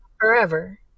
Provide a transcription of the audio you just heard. forever